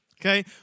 Okay